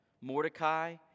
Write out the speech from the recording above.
Mordecai